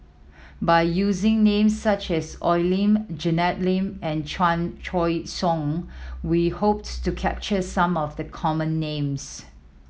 by using names such as Oi Lin Janet Lim and Chan Choy Siong we hope to capture some of the common names